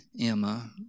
Emma